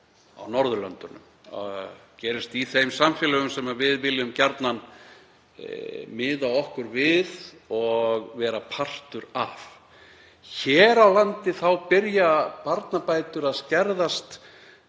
á Norðurlöndunum, sem gerist í þeim samfélögum sem við viljum gjarnan miða okkur við og vera partur af. Hér á landi byrja barnabætur að skerðast